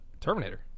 Terminator